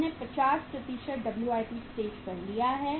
हमने 50 WIP stage पर लिया है